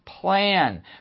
Plan